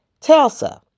Telsa